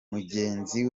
mugenzi